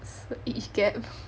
the age gap